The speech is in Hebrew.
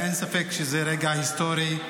אין ספק שזה רגע היסטורי,